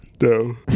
No